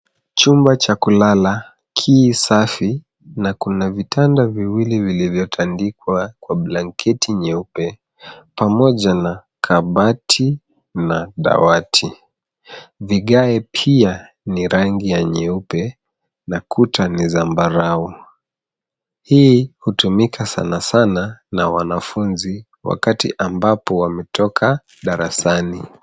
Chumba cha kulala ki safi na kuna vitanda viwili vilivyotandikwa kwa blanketi nyeupe pamoja na kabati na dawati. Vigae pia ni rangi ya nyeupe na kuta ni zambarau. Hii hutumika sana sana na wanafunzi wakati ambapo wametoka darasani.